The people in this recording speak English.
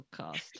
podcast